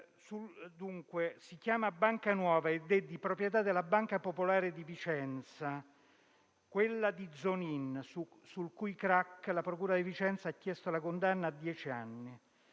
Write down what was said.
Banca Nuova ed è di proprietà della Banca Popolare di Vicenza, quella di Zonin, sul cui *crack* la procura di Vicenza ha chiesto la condanna a dieci anni.